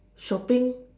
shopping